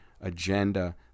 agenda